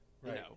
Right